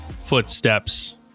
footsteps